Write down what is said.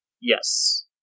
Yes